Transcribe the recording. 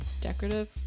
decorative